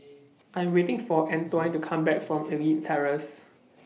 I'm waiting For Antione to Come Back from Elite Terrace